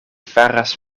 faras